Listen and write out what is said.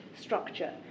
structure